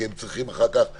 כי הם צריכים אחר כך לשבת,